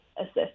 assist